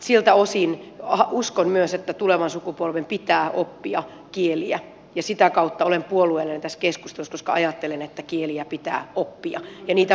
siltä osin uskon myös että tulevan sukupolven pitää oppia kieliä ja sitä kautta olen puolueellinen tässä keskustelussa koska ajattelen että kieliä pitää oppia ja niitä voi oppia